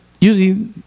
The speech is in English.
usually